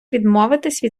відмовитися